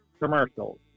commercials